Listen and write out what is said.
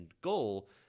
goal